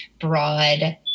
broad